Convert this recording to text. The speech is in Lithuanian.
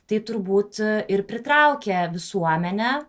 tai turbūt ir pritraukia visuomenę